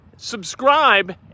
subscribe